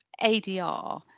ADR